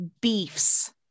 beefs